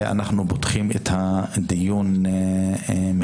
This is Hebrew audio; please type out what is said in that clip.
אנחנו פותחים את הדיון מחדש.